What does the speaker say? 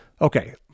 Okay